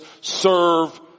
serve